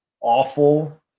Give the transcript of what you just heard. awful